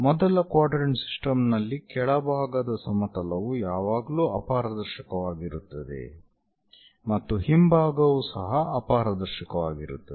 ಮೊದಲ quadrant system ನಲ್ಲಿ ಕೆಳಭಾಗದ ಸಮತಲವು ಯಾವಾಗಲೂ ಅಪಾರದರ್ಶಕವಾಗಿರುತ್ತದೆ ಮತ್ತು ಹಿಂಭಾಗವೂ ಸಹ ಅಪಾರದರ್ಶಕವಾಗಿರುತ್ತದೆ